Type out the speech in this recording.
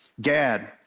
Gad